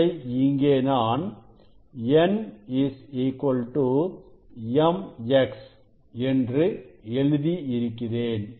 அதை இங்கே நான் N mx என்று எழுதி இருக்கிறேன்